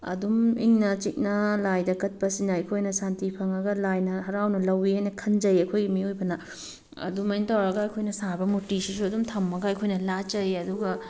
ꯑꯗꯨꯝ ꯏꯪꯅ ꯆꯤꯛꯅ ꯂꯥꯏꯗ ꯀꯠꯄꯁꯤꯅ ꯑꯩꯈꯣꯏꯅ ꯁꯥꯟꯇꯤ ꯐꯪꯉꯒ ꯂꯥꯏꯅ ꯍꯔꯥꯎꯅ ꯂꯧꯑꯦꯅ ꯈꯟꯖꯩ ꯑꯩꯈꯣꯏꯒꯤ ꯃꯤꯑꯣꯏꯕꯅ ꯑꯗꯨꯃꯥꯏ ꯇꯧꯔꯒ ꯑꯩꯈꯣꯏꯅ ꯁꯥꯕ ꯃꯨꯔꯇꯤꯁꯤꯁꯨ ꯑꯗꯨꯝ ꯊꯝꯃꯒ ꯑꯩꯈꯣꯏꯅ ꯂꯥꯠꯆꯔꯤ ꯑꯗꯨꯒ